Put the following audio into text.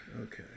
Okay